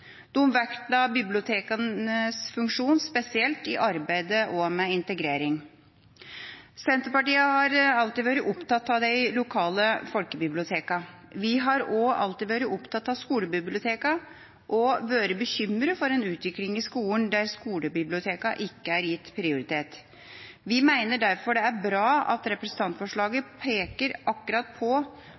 bibliotekenes funksjon spesielt også i arbeidet med integrering. Senterpartiet har alltid vært opptatt av de lokale folkebibliotekene. Vi har også alltid vært opptatt av skolebibliotekene og vært bekymret for en utvikling i skolen der skolebibliotekene ikke er gitt prioritet. Vi mener derfor det er bra at representantforslaget peker på akkurat